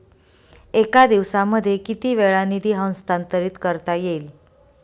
एका दिवसामध्ये किती वेळा निधी हस्तांतरीत करता येईल?